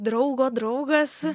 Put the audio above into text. draugo draugas